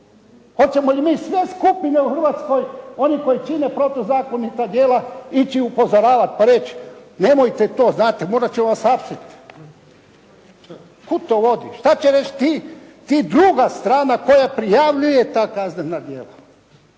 Hoćemo i mi sve skupine u Hrvatskoj oni koji čine protuzakonita djela ići upozoravati pa reći nemojte to znate, možda će vas hapsiti. Kud to vodi? Što će reći ti, druga strana koja prijavljuje ta kaznena djela.